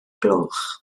gloch